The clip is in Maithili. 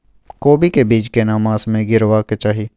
कोबी के बीज केना मास में गीरावक चाही?